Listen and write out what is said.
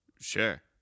Sure